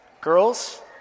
girls